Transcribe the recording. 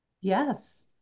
Yes